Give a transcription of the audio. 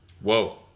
Whoa